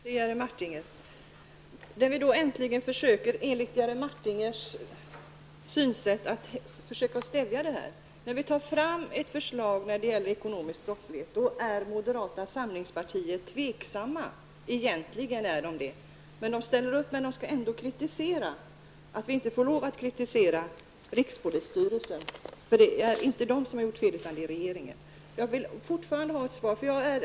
Herr talman! Vi försöker nu äntligen att enligt Jerry Martingers synsätt stävja brottsligheten, och vi tar nu fram ett förslag för bekämpandet av den ekonomiska brottsligheten. Men moderata samlingspartiet tvekar då inför förslaget. De ställer upp på det, men de skall ändå kritisera det. De menar att vi inte skall kritisera rikspolisstyrelsen, och de säger att det inte är där man har gjort fel utan att felen har begåtts av regeringen. Jag vill fortfarande ha ett svar på mina frågor.